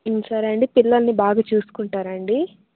సరే అండీ పిల్లల్ని బాగా చూసుకుంటారా అండీ